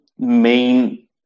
main